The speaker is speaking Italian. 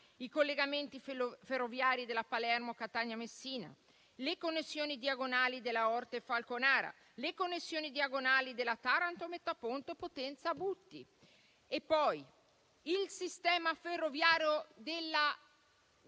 i collegamenti ferroviari della Palermo-Catania-Messina; le connessioni diagonali della Orte-Falconara; le connessioni diagonali della Taranto-Metaponto-Potenza; il sistema ferroviario della